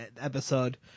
episode